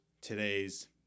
today's